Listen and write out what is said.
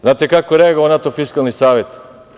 Znate kako je reagovao na to Fiskalni savet?